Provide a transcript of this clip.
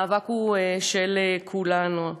המאבק הוא של כולנו.